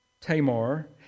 Tamar